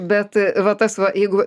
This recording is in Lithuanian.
bet va tas va jeigu